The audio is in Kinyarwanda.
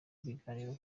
ibiganiro